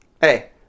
hey